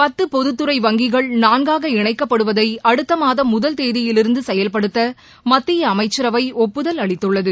பத்து பொதுத்துறை வங்கிகள் நான்காக இணைக்கப்படுவதை அடுத்த மாதம் முதல் தேதியிலிருந்து செயல்படுத்த மத்திய அமைச்சரவை ஒப்புதல் அளித்துள்ளது